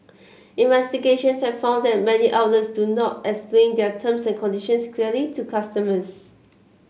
investigations have found that many outlets do not explain their terms and conditions clearly to customers